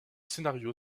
scénario